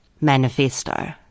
Manifesto